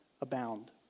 abound